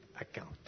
account